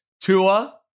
Tua